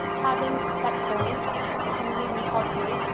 having set goals can really help you.